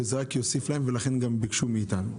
וזה רק יוסיף להם ולכן הם גם ביקשו את זה מאיתנו.